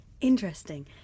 Interesting